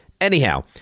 Anyhow